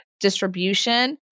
distribution